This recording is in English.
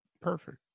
perfect